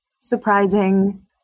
surprising